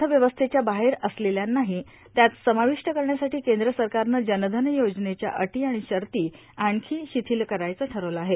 अर्थव्यवस्थेच्या बाहेर असलेल्यांनाही त्यात समाविष्ट करण्यासाठी केंद्र सरकारनं जनधन योजनेच्या अटी आणि शर्ती आणखी शिथिल करायचं ठरवलं आहे